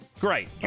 Great